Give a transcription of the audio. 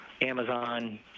Amazon